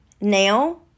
Now